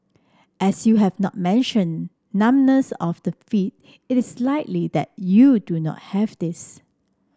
as you have not mentioned numbness of the feet it is likely that you do not have this